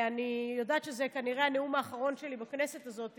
אני יודעת שזה כנראה הנאום האחרון שלי בכנסת הזאת,